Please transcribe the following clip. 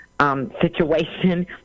situation